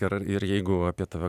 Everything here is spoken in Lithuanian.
ir ar ir jeigu apie tave